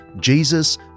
Jesus